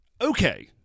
Okay